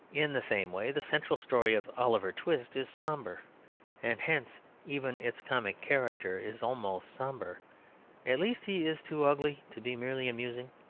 in the same way, the central story of oliver twist is sombre and hence even its comic character is almost sombre at least he is too ugly to be merely amusing.